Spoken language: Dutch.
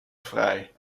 vrij